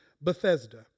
Bethesda